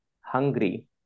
hungry